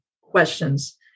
questions